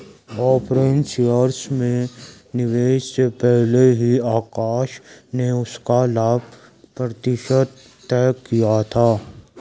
preference shares में निवेश से पहले ही आकाश ने उसका लाभ प्रतिशत तय किया था